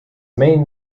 main